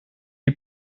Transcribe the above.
die